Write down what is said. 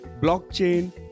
blockchain